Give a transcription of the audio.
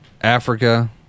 Africa